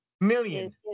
Million